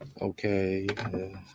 Okay